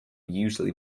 usually